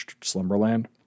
Slumberland